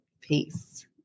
Peace